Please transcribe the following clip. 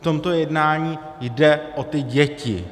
V tomto jednání jde o ty děti.